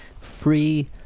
Free